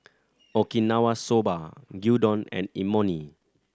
Okinawa Soba Gyudon and Imoni